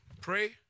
pray